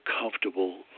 comfortable